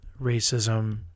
Racism